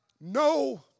No